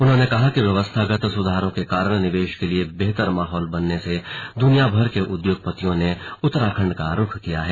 उन्होंने कहा कि व्यवस्थागत सुधारों के कारण निवेश के लिए बेहतर माहौल बनने से दुनिया भर के उद्योगपतियों ने उत्तराखण्ड का रूख किया है